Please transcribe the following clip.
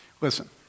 Listen